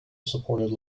supported